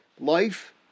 Life